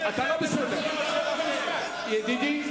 חבר הכנסת טיבי,